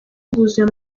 bwuzuye